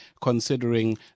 considering